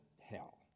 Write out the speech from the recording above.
hell